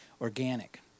organic